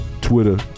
Twitter